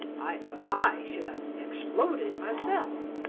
i thought i should a hex-plodid, myself!